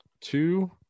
Two